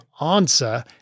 answer